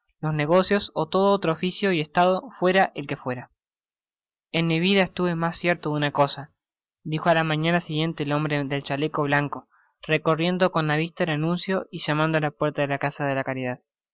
los negocios yó todo otro oficio y estado fuera el que fuera en mi vida estuve mas cierto de una cosa dijo á la mañana siguiente el hombre del chaleco blanco recorriendo con la vista el anuncio y llamando á la puerta de la casa de la caridad